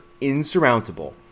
insurmountable